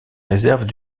réserves